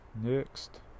next